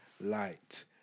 Light